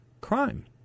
crime